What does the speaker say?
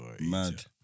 mad